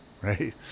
right